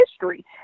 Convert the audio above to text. history